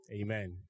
Amen